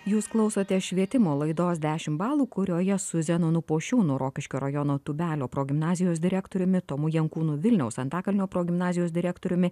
jūs klausote švietimo laidos dešimt balų kurioje su zenonu pošiūnu rokiškio rajono tūbelio progimnazijos direktoriumi tomu jankūnu vilniaus antakalnio progimnazijos direktoriumi